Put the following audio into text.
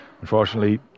Unfortunately